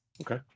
Okay